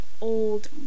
old